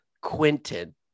Quinton